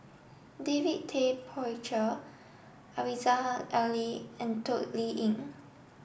David Tay Poey Cher Aziza Ali and Toh Liying